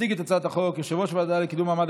יציג את הצעת החוק יושב-ראש הוועדה לקידום מעמד